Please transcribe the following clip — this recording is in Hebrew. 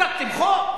חוקקתם חוק?